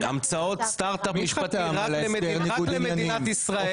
המצאות סטארט אפ משפטי רק למדינת ישראל.